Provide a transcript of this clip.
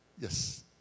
Yes